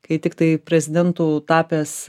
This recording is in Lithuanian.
kai tiktai prezidentu tapęs